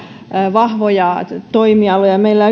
vahvoja toimialoja ja meillä